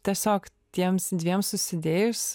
tiesiog tiems dviems susidėjus